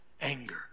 anger